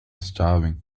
starving